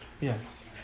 Yes